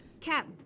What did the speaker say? Cap